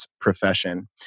profession